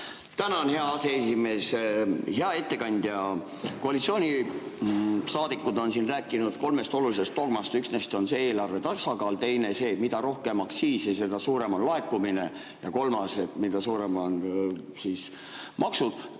Tänan, hea aseesimees! Hea ettekandja! Koalitsioonisaadikud on siin rääkinud kolmest olulisest dogmast. Üks neist on eelarve tasakaal, teine on see, et mida rohkem aktsiisi, seda suurem on laekumine, ja kolmas, et mida suuremad on maksud,